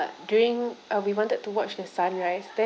during uh we wanted to watch the sunrise then